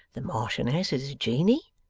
the marchioness is a genie,